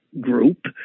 group